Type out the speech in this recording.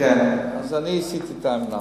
אני עשיתי את "האומנם",